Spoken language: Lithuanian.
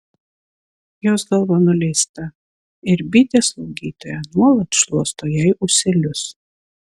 jos galva nuleista ir bitė slaugytoja nuolat šluosto jai ūselius